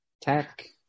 tech